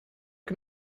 can